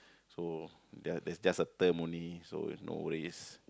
so they are that's just a term only so no worries